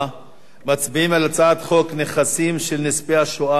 מצביעים על הצעת חוק נכסים של נספי השואה (השבה ליורשים